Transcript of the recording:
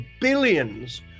billions